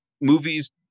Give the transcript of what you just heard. movies